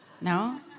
No